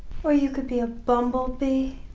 or you can be a bumblebee.